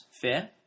fair